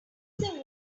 they